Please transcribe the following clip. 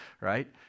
right